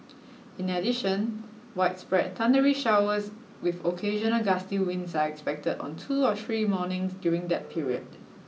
in addition widespread thundery showers with occasional gusty winds are expected on two or three mornings during that period